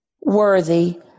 worthy